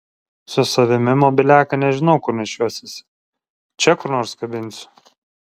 su savimi mobiliaką nežinau kur nešiosiuosi čia kur nors kabinsiu